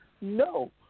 No